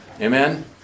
Amen